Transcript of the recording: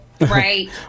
right